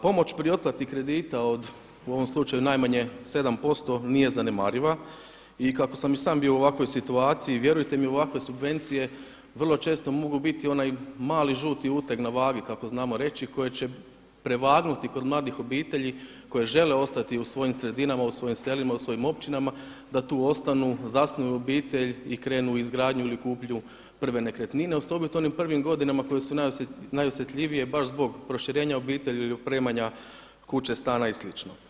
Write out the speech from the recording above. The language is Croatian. Pomoć pri otplati kredita od, u ovom slučaju najmanje 7% nije zanemariva i kako sam i sam bio u ovakvoj situaciji vjerujte mi ovakve subvencije vrlo često mogu biti onaj mali žuti uteg na vagi kako znamo reći koje će prevagnuti kod mladih obitelji koje žele ostati u svojim sredinama, u svojim selima, u svojim općinama da tu ostanu, zasnuju obitelj i krenu u izgradnju ili kupnju prve nekretnine osobito u onim prvim godinama koje su najosjetljivije baš zbog proširenja obitelji ili opremanja kuće, stana i slično.